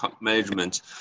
management